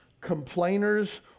complainers